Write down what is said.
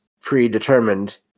predetermined